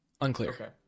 unclear